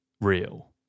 real